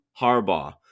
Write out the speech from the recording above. Harbaugh